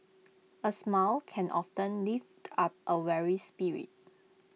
A smile can often lift up A weary spirit